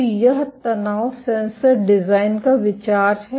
तो यह तनाव सेंसर डिजाइन का विचार है